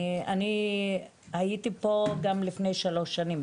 אני הייתי פה גם לפני שלוש שנים,